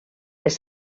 les